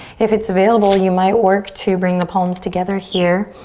if it's available, you might work to bring the palms together here.